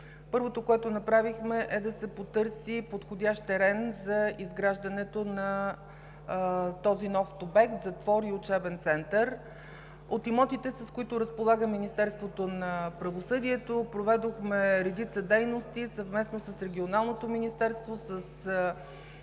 първото, което направихме, бе да се потърси подходящ терен за изграждането на този нов обект – затвор и Учебен център. От имотите, с които разполага Министерството на правосъдието, проведохме редица дейности съвместно с Регионалното министерство, с